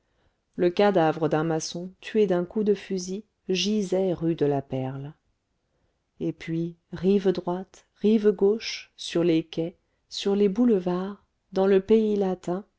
le cadavre d'un maçon tué d'un coup de fusil gisait rue de la perle et puis rive droite rive gauche sur les quais sur les boulevards dans le pays latin